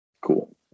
cool